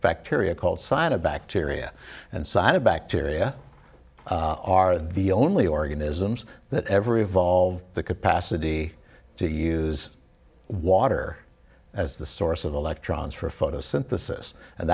bacteria called sign a bacteria and sign a bacteria are the only organisms that ever evolve the capacity to use water as the source of electrons for photosynthesis and